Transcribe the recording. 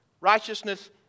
righteousness